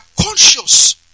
conscious